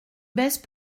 baisse